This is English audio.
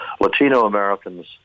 Latino-Americans